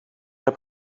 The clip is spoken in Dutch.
heb